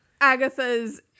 Agatha's